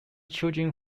children